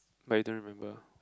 but you don't remember